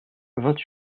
vingt